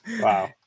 Wow